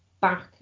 back